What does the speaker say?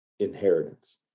inheritance